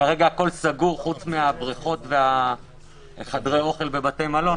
כרגע הכול סגור חוץ מהבריכות וחדרי האוכל בבתי מלון.